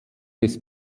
des